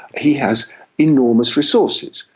he has enormous resources.